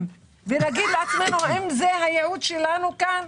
ונגיד לעצמנו האם זה הייעוד שלנו כאן,